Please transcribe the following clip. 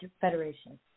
federation